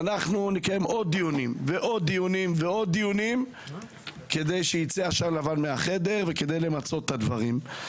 נקיים עוד ועוד דיונים כדי שיצא עשן לבן מהחדר ושנמצה את הדברים.